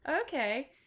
Okay